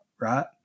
right